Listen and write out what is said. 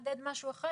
משהו אחד.